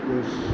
बस